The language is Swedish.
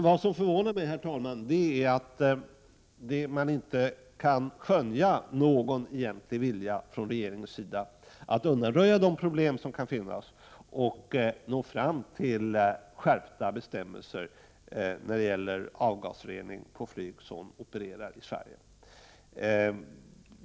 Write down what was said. Det som förvånar mig, herr talman, är att det inte går att skönja någon egentlig vilja från regeringens sida att undanröja de problem som kan finnas, så att vi kan nå fram till skärpta bestämmelser för avgasrening på flyg som opererar i Sverige.